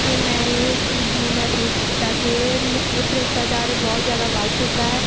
ਕੇ ਮੈਂ ਇਹ ਚੀਜ਼ ਨੂੰ ਮਹਿਸੂਸ ਕੀਤਾ ਕਿ ਇਹ ਭ੍ਰਿਸ਼ਟਾਚਾਰ ਬਹੁਤ ਜ਼ਿਆਦਾ ਵੱਧ ਚੁੱਕਾ ਹੈ